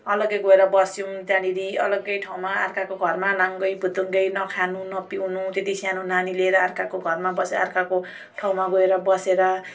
अलग्गै गएर बस्यौँ त्यहाँनेरि अलग्गै ठाउँमा अर्काको घरमा नाङ्गै भुतुङ्गै न खानु न पिउनु त्यति सानो नानी लिएर अर्काको घरमा बस्यो अर्काको ठाउँमा गएर बसेर